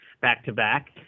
back-to-back